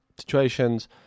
situations